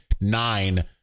Nine